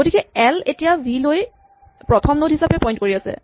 গতিকে এল এতিয়া ভি লৈ প্ৰথম নড হিচাপে পইন্ট কৰি আছে